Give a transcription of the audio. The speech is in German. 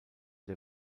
der